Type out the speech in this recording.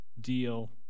deal